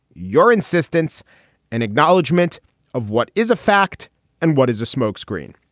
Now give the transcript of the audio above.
your insistence and acknowledgement of what is a fact and what is a smokescreen.